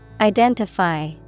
Identify